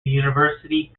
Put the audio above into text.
university